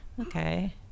Okay